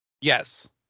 Yes